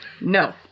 No